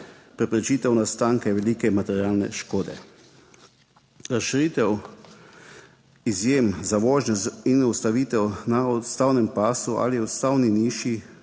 preprečitev nastanka velike materialne škode. Razširitev izjem za vožnjo in ustavitev na odstavnem pasu ali odstavni niši,